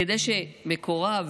כדי שמקורב,